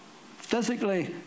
Physically